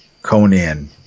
Conan